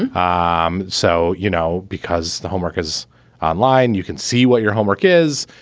and um so, you know, because the homework is online, you can see what your homework is.